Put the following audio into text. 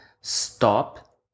stop